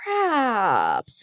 crap